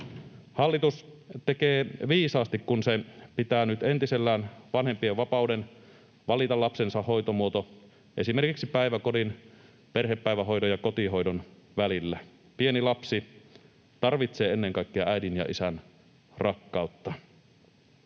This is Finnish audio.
Hallitus tekee viisaasti, kun se pitää nyt entisellään vanhempien vapauden valita lapsensa hoitomuoto esimerkiksi päiväkodin, perhepäivähoidon ja kotihoidon välillä. Pieni lapsi tarvitsee ennen kaikkea äidin ja isän rakkautta.